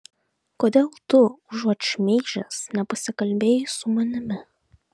kodėl tu užuot šmeižęs nepasikalbėjai su manimi